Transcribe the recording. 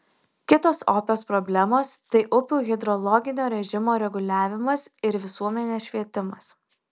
kitos opios problemos tai upių hidrologinio režimo reguliavimas ir visuomenės švietimas